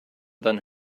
than